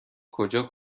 کجا